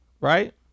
right